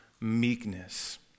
meekness